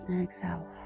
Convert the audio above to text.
Exhale